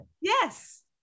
Yes